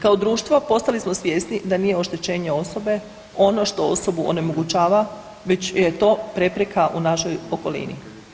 Kao društvo postali smo svjesni da nije oštećenje osobe ono što osobu onemogućava već je to prepreka u našoj okolini.